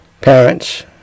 parents